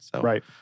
Right